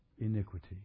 iniquity